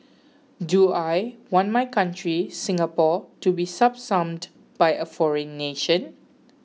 do I want my country Singapore to be subsumed by a foreign nation